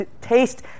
taste